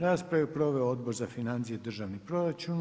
Raspravu je proveo Odbor za financije i državni proračun.